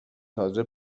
تازه